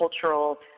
cultural